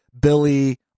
Billy